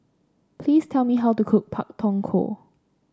please tell me how to cook Pak Thong Ko